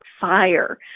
fire